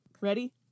ready